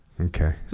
okay